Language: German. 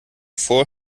vor